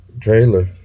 trailer